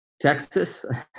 Texas